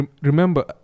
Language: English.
Remember